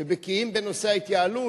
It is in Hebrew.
שבקיאים בנושא ההתייעלות,